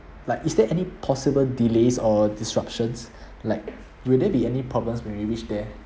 like is there any possible delays or disruptions like will there be any problems when we reach there